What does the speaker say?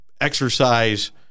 exercise